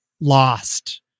lost